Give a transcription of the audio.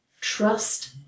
trust